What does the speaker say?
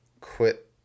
quit